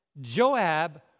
Joab